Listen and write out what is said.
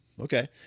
okay